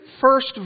first